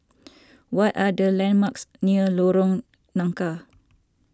what are the landmarks near Lorong Nangka